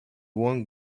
won